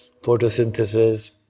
photosynthesis